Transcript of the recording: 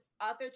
author